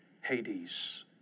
Hades